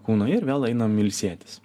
kūną ir vėl einam ilsėtis